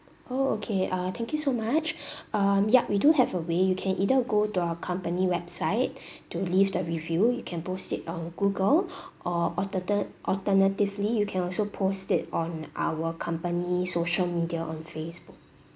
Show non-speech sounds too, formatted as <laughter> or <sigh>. oh okay ah thank you so much <breath> um yup we do have a way you can either go to our company website <breath> to leave the review you can post it on google <breath> or alternate alternatively you can also post it on our company social media on facebook